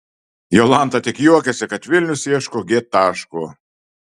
jolanta tik juokiasi kad vilnius ieško g taško